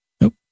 Nope